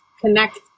connect